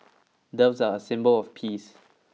doves are a symbol of peace